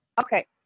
Okay